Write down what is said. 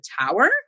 Tower